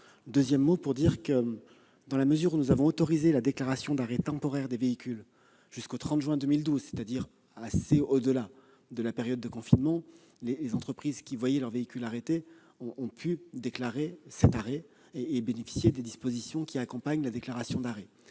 à raison. Par ailleurs, dans la mesure où nous avons autorisé la déclaration d'arrêt temporaire des véhicules jusqu'au 30 juin 2020, soit assez au-delà de la période de confinement, les entreprises qui ont vu des véhicules arrêtés ont pu déclarer ces arrêts et bénéficier des dispositions qui accompagnent cette déclaration. J'ajoute